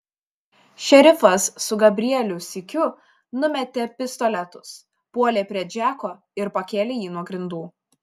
šerifas su gabrielių sykiu numetė pistoletus puolė prie džeko ir pakėlė jį nuo grindų